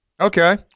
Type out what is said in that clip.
Okay